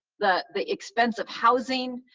the the expense of housing,